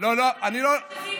אני רוצה להגיד לך,